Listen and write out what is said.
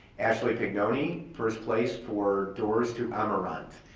ashley pignoni, first place for doors to amaranth,